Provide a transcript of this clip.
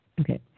Okay